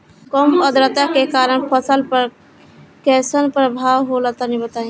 कम आद्रता के कारण फसल पर कैसन प्रभाव होला तनी बताई?